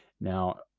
Now